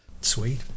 Sweet